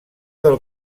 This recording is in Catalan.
del